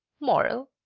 moral.